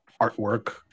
artwork